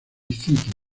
city